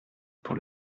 pour